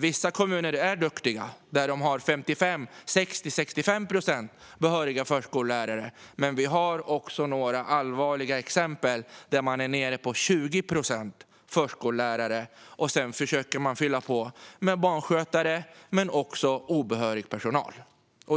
Vissa kommuner är duktiga och har 55, 60 eller 65 procent behöriga förskollärare, men vi har också några allvarliga exempel där man är nere på 20 procent förskollärare och försöker fylla på med barnskötare men också med obehörig personal.